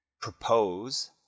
propose